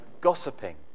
gossiping